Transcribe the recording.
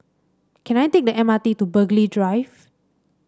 can I take the M R T to Burghley Drive